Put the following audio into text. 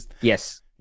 Yes